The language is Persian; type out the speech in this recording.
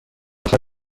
آخر